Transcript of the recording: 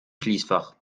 schließfach